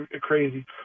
crazy